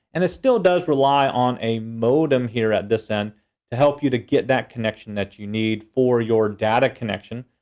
and it still does rely on a modem here at this end help you to get that connection that you need for your data connection.